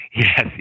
Yes